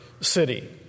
city